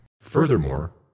Furthermore